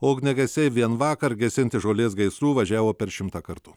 o ugniagesiai vien vakar gesinti žolės gaisrų važiavo per šimtą kartų